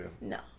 no